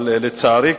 לצערי,